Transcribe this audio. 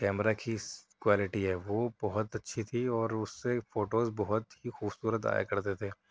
camera کی quality ہے وہ بہت اچھی تھی اور اس سے فوٹوز بہت ہی خوبصورت آیا کرتے تھے